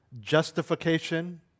justification